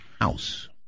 House